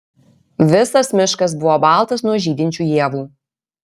visas miškas buvo baltas nuo žydinčių ievų